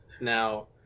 Now